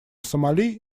сомали